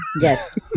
Yes